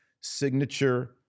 signature